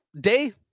day